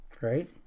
right